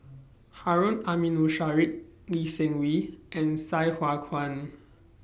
Harun Aminurrashid Lee Seng Wee and Sai Hua Kuan